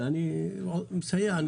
אני חושב שאני מסייע.